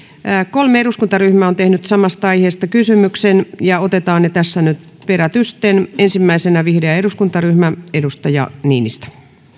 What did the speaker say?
kolme eduskuntaryhmää on tehnyt samasta aiheesta kysymyksen ja otetaan ne tässä nyt perätysten ensimmäisenä vihreä eduskuntaryhmä edustaja niinistö